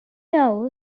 know